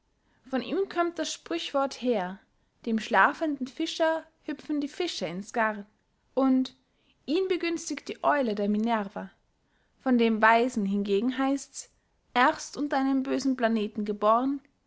von ihm kömmt das sprüchwort her dem schlafenden fischer hüpfen die fische ins garn und ihn begünstigt die eule der minerva von dem weisen hingegen heißts erst unter einem bösen planeten gebohren